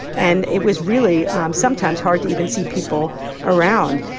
and it was really sometimes hard to even see people around.